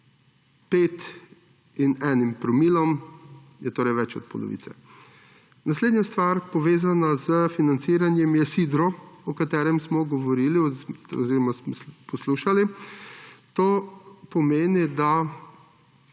0,5 in 1 promilom, je torej več od polovice. Naslednja stvar, povezana s financiranjem, je sidro, o katerem smo govorili oziroma smo poslušali. To pomeni, da